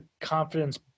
confidence